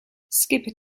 skip